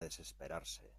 desesperarse